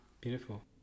Beautiful